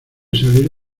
salir